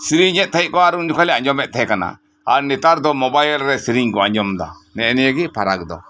ᱥᱮᱹᱨᱮᱧᱮᱫ ᱛᱟᱦᱮᱸᱫ ᱠᱚ ᱩᱱ ᱡᱚᱠᱷᱚᱱ ᱞᱮ ᱟᱸᱡᱚᱢᱮᱫ ᱛᱟᱦᱮᱸ ᱠᱟᱱᱟ ᱟᱨ ᱱᱮᱛᱟᱨ ᱫᱚ ᱢᱳᱵᱟᱭᱤᱞ ᱨᱮ ᱥᱮᱹᱨᱮᱹᱧ ᱠᱚ ᱟᱸᱡᱚᱢ ᱮᱫᱟ ᱱᱮᱜᱼᱮ ᱱᱤᱭᱟᱹ ᱜᱮ ᱯᱷᱟᱨᱟᱠ ᱫᱚ